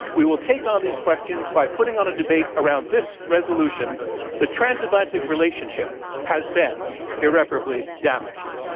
we will take on these questions by putting on a debate around this resolution the transatlantic relationship has been irreparably damaged.